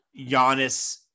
Giannis